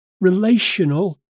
relational